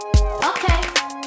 Okay